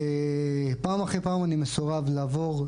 ופעם אחרי פעם אני מסורב לעבור.